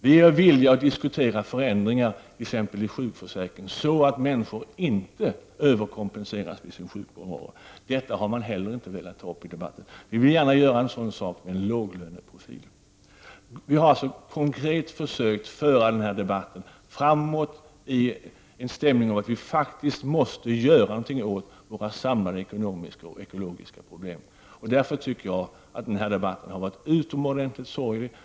Vi är villiga att diskutera förändringar i exempelvis sjukförsäkringen som gör att människor inte överkompenseras vid sin sjukfrånvaro. Detta har man inte heller velat ta upp i debatten. Vi vill gärna göra detta med en låglöneprofil. Vi har alltså konkret försökt föra denna debatt framåt i en stämning av att vi faktiskt måste göra någonting åt våra samlade ekonomiska och ekologiska problem. Jag menar att debatten har varit utomordentligt sorglig.